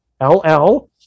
L-L